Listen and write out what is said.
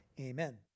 Amen